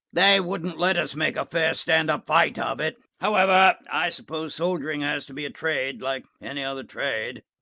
they wouldn't let us make a fair stand-up fight of it. however, i suppose soldiering has to be a trade like any other trade.